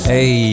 Hey